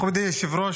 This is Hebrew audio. מכובדי היושב-ראש,